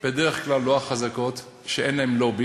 בדרך כלל לא החזקות, שאין להן לובי